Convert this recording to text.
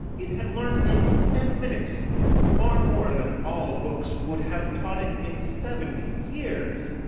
it had learned in ten minutes far more than all books would have taught it in seventy years.